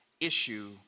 issue